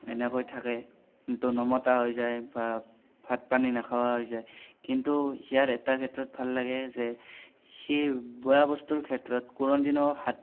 এনেকৈ থাকে নমতা হৈ যায় বা ভাত পানী নোখোৱা হৈ যায় কিন্তু সিয়াৰ এটা ক্ষেত্ৰত ভাল লাগে যে সি বেয়া বস্তুৰ ক্ষেত্ৰত কোনো দিন হাত